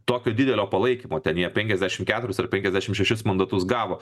tokio didelio palaikymo ten jie penkiasdešim keturis ar penkiasdešim šešis mandatus gavo